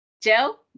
Joe